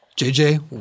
JJ